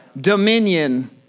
dominion